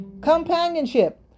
companionship